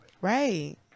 Right